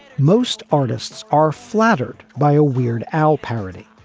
most artists are flattered by a weird al parody,